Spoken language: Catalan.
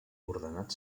ordenat